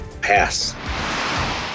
Pass